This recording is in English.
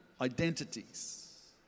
identities